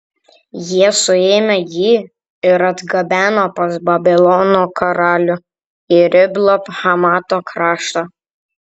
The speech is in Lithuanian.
jie suėmė jį ir atgabeno pas babilono karalių į riblą hamato kraštą